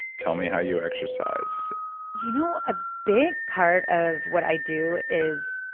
tell me how you exercise you know, a big part of what i do is,